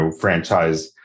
franchise